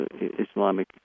Islamic